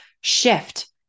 shift